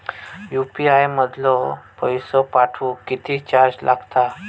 UPI मधलो पैसो पाठवुक किती चार्ज लागात?